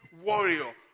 warrior